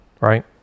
right